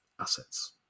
assets